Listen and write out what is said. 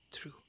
true